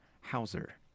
Hauser